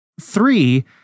three